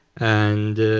and